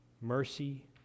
mercy